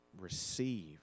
Receive